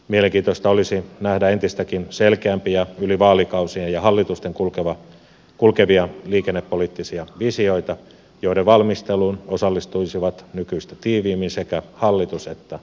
mielenkiintoista olisi nähdä entistäkin selkeämpiä ja yli vaalikausien ja hallitusten kulkevia liikennepoliittisia visioita joiden valmisteluun osallistuisivat nykyistä tiiviimmin sekä hallitus että oppositio